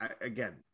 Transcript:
again